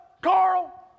Carl